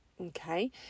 okay